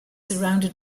surrounded